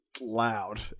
loud